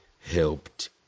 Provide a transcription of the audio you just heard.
helped